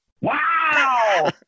Wow